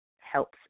helps